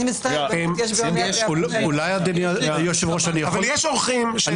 אני מצטערת, יש ועדה שאני חייבת --- שנייה.